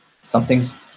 something's